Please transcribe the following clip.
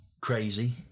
crazy